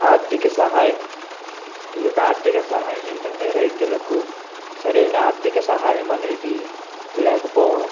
ఆర్థిక సహాయం ఈ యొక్క ఆర్థిక సహాయం ఏంటంటే రైతులకు సరైన ఆర్థిక సహాయం అనేది లేకపోవడం